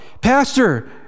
Pastor